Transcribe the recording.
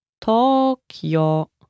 Tokyo